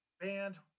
band